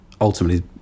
ultimately